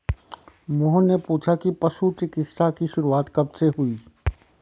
मोहन ने पूछा कि पशु चिकित्सा की शुरूआत कब से हुई?